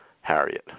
Harriet